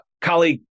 colleague